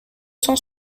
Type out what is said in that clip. cent